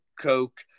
Coke